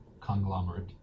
conglomerate